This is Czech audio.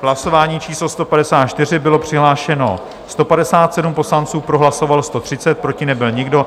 Hlasování číslo 154, bylo přihlášeno 157 poslanců, pro hlasovalo 130, proti nebyl nikdo.